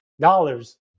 dollars